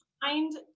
find